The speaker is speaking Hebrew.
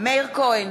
מאיר כהן,